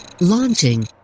Launching